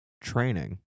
training